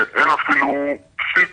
ואין אפילו פסיק